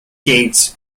gates